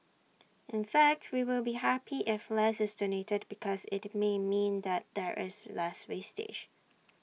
in fact we will be happy if less is donated because IT may mean that there is less wastage